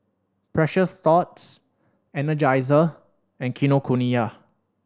Precious Thots Energizer and Kinokuniya